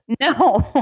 No